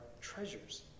treasures